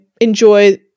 enjoy